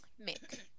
Mick